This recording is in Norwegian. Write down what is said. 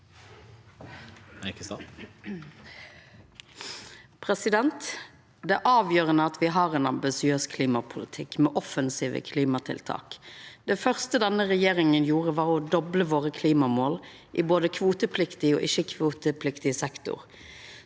Det er av- gjerande at me har ein ambisiøs klimapolitikk med offensive klimatiltak. Det første denne regjeringa gjorde, var å dobla klimamåla våre i både kvotepliktig og ikkjekvotepliktig sektor.